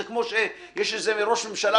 זה כמו שאומרים על ראש ממשלה,